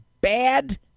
bad